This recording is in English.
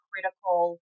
critical